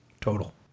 total